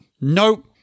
nope